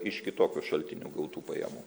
iš kitokių šaltinių gautų pajamų